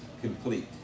complete